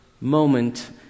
moment